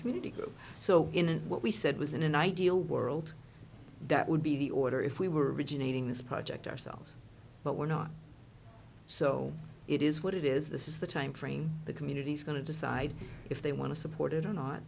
community group so in and what we said was in an ideal world that would be the order if we were originating this project ourselves but we're not so it is what it is this is the time frame the community is going to decide if they want to support it or not